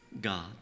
God